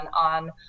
on